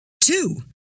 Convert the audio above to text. two